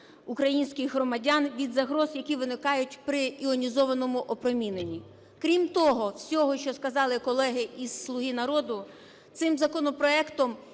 українських громадян від загроз, які виникають при іонізованому опромінені. Крім того, з усього, що сказали колеги із "Слуги народу", цим законопроектом